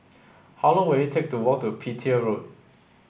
how long will it take to walk to Petir Road